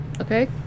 okay